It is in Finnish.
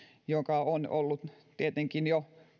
verkko on ollut tietenkin jo